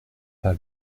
pas